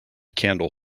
candle